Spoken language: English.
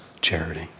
charity